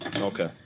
Okay